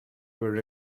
were